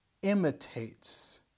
imitates